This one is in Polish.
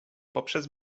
poprzez